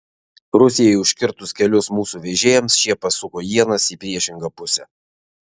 rusijai užkirtus kelius mūsų vežėjams šie pasuko ienas į priešingą pusę